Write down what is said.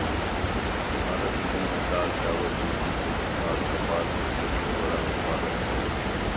भारत दुनिया में दाल, चावल, दूध, जूट आर कपास के सबसे बड़ा उत्पादक हय